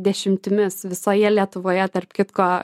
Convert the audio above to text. dešimtimis visoje lietuvoje tarp kitko